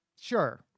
Sure